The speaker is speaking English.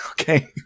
Okay